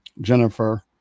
jennifer